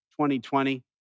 2020